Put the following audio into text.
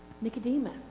Nicodemus